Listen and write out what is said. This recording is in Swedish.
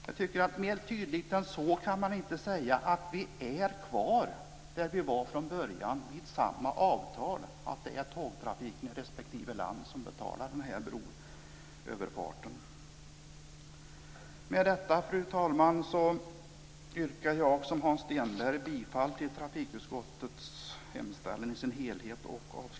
Jag tycker att man inte tydligare än så kan säga att vi har kvar samma avtal som vi hade från början. Det är tågtrafiken i respektive land som betalar den här broöverfarten. Med detta, fru talman, yrkar jag liksom Hans